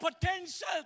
potential